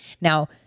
Now